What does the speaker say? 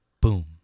Boom